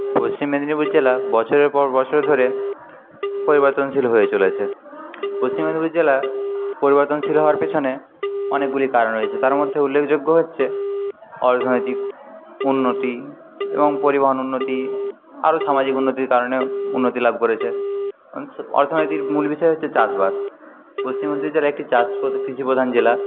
পশ্চিম মেদিনীপুর জেলা বছরের পর বছর ধরে পরিবর্তনশীল হয়ে চলেছে পশ্চিম মেদিনীপুর জেলা পরিবর্তনশীল হওয়ার পেছনে অনেকগুলি কারণ রয়েছে তার মধ্যে উল্লেখযোগ্য হচ্ছে অর্থনৈতিক উন্নতি এবং পরিবহন উন্নতি আরও সামাজিক উন্নতির কারণেও উন্নতি লাভ করেছে অর্থনৈতিক মূল বিষয় হচ্ছে চাষবাস পশ্চিম মেদিনীপুর জেলা একটি চাষপ্রধান কৃষিপ্রধান জেলা